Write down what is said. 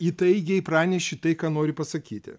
įtaigiai praneši tai ką nori pasakyti